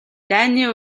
дайны